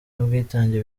n’ubwitange